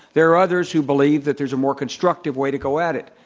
there are others who believe that there's a more constructive way to go at it.